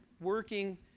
working